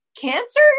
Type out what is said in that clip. Cancer